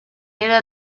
era